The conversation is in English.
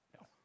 No